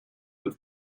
but